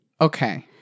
Okay